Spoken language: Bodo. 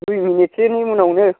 दुइ मिनिटसोनि उनावनो